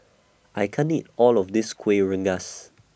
I can't eat All of This Kuih Rengas